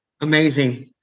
Amazing